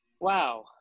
Wow